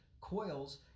Coils